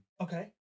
Okay